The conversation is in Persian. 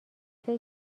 فکر